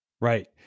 Right